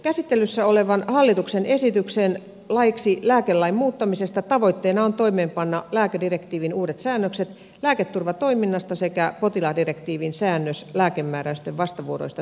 käsittelyssä olevan hallituksen esityksen laiksi lääkelain muuttamisesta tavoitteena on toimeenpanna lääkedirektiivin uudet säännökset lääketurvatoiminnasta sekä potilasdirektiivin säännös lääkemääräysten vastavuoroisesta tunnustamisesta